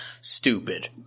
stupid